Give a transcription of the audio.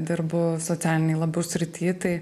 dirbu socialinėj labiau srity tai